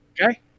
Okay